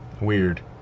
Weird